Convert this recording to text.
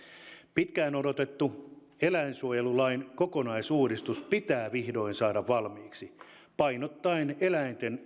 pitkään odotettu eläinsuojelulain kokonaisuudistus pitää vihdoin saada valmiiksi painottaen eläinten